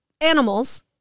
animals